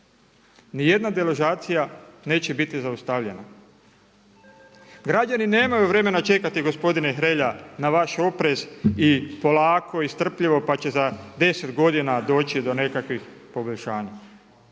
ni jedna deložacija neće biti zaustavljena. Građani nemaju vremena čekati gospodine Hrelja na vaš oprez i polako i strpljivo pa će za 10 godina doći do nekakvih poboljšanja.